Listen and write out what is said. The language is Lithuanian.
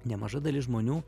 nemaža dalis žmonių